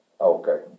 Okay